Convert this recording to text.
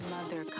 Mother